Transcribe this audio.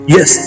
Yes